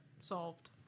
solved